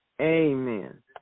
amen